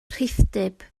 rhithdyb